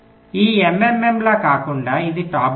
ఈ MMM లా కాకుండా ఇది టాప్ డౌన్